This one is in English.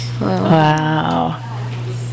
Wow